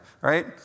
right